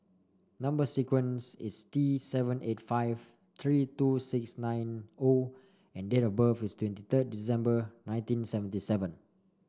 number sequence is T seven eight five three two six nine O and date of birth is twenty third December nineteen seventy seven